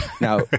Now